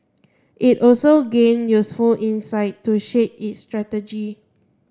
it also gained useful insights to shape its strategy